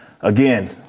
Again